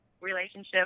relationship